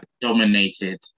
dominated